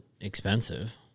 expensive